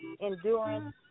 endurance